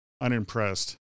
Unimpressed